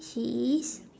she is